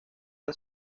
han